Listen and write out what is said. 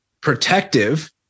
protective